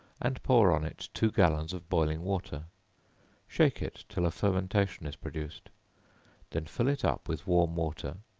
and pour on it two gallons of boiling water shake it till a fermentation is produced then fill it up with warm water,